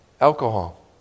alcohol